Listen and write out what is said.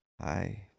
Hi